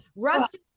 rusty